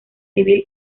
civil